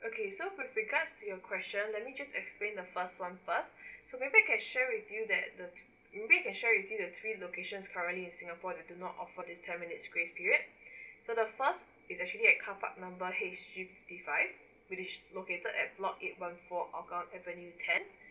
okay so with regard to your question let me just explain the first one first so maybe I can share with you that um maybe I can share with you the three locations currently in singapore they do not offer this ten minutes grace period so the first is actually at carpark number H_G fifty five which is located at block eight one four hougang avenue ten